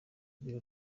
kugira